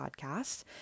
Podcast